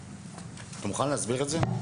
אתה מוכן להסביר את זה?